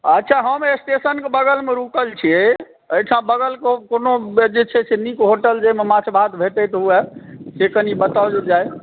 अच्छा हम स्टेशनकेँ बगलमे रुकल छियै एहिठाम बगलकेँ कोनो जे छै से नीक होटल जाहिमे माछ भात भेटैत हुअ से कनी बताउ जे जाइ